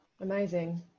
Amazing